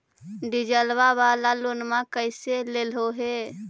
डीजलवा वाला लोनवा कैसे लेलहो हे?